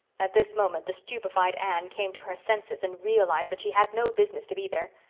at this moment the stupefied anne came to her senses and realized that she had no business to be there.